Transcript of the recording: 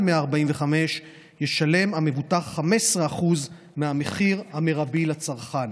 145 ישלם המבוטח 15% מהמחיר המרבי לצרכן,